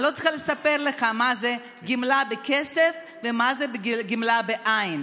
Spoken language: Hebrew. אני לא צריכה לספר לך מה זה גמלה בכסף ומה זה גמלה בעין.